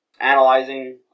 analyzing